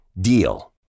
DEAL